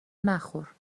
نخور